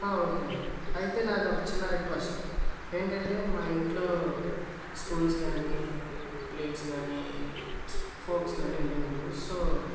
okay అండి అయితే నాది ఒక చిన్న రిక్వెస్ట్ ఏంటంటే మా ఇంట్లో స్పూన్స్ కాని ప్లేట్స్ కాని ఫోక్స్ కాని లేవు సో